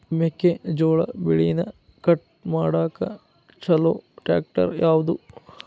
ಮೆಕ್ಕೆ ಜೋಳ ಬೆಳಿನ ಕಟ್ ಮಾಡಾಕ್ ಛಲೋ ಟ್ರ್ಯಾಕ್ಟರ್ ಯಾವ್ದು?